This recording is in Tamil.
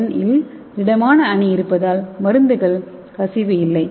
என் இல் திடமான அணி இருப்பதால் மருந்துகள் கசிவு இல்லை